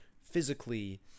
physically